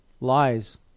lies